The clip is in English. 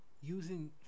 using